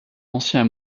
ancien